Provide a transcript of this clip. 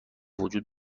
وجود